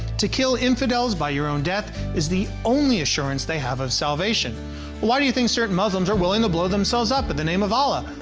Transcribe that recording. to kill infidels by your own death is the only assurance they have of salvation why do you think certain muslims are willing to blow themselves up in the name of allah?